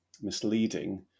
misleading